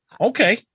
okay